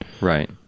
right